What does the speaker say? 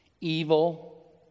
evil